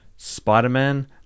Spider-Man